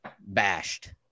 Bashed